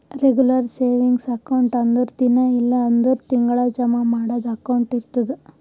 regular savings account ಅಂದುರ್ ದಿನಾ ಇಲ್ಲ್ ಅಂದುರ್ ತಿಂಗಳಾ ಜಮಾ ಮಾಡದು ಅಕೌಂಟ್ ಇರ್ತುದ್